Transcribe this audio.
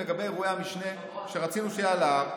לגבי אירועי המשנה שרצינו שיהיו על ההר.